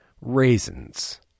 raisins